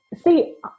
see